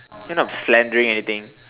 you're not slandering anything